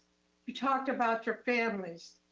you talked about your families,